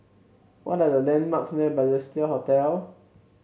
what are the landmarks near Balestier Hotel